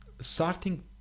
starting